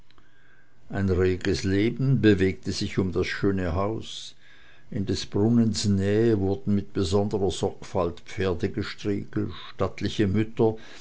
ein reges leben bewegte sich um das schöne haus in des brunnens nähe wurden mit besonderer sorgfalt pferde gestriegelt stattliche mütter